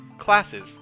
classes